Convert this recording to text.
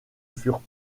furent